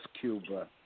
Cuba